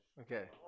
okay